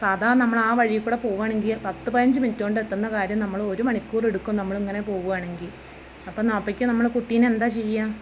സാധാ നമ്മള് ആ വഴിയിൽ കൂടെ പോകുവാണെങ്കിൽ പത്ത് പതിനഞ്ച് മിനിറ്റുകൊണ്ടെത്തുന്ന കാര്യം ഒരു മണിക്കൂറെടുക്കും നമ്മളിങ്ങനെ പോകുവാണെങ്കിൽ അപ്പം അപ്പോഴേക്കും നമ്മള് കുട്ടീനെ എന്താ ചെയ്യുക